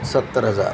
सत्तर हजार